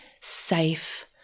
safe